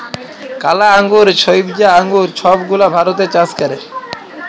কালা আঙ্গুর, ছইবজা আঙ্গুর ছব গুলা ভারতে চাষ ক্যরে